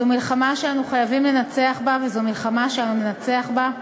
זו מלחמה שאנחנו חייבים לנצח בה וזו מלחמה שאנו ננצח בה,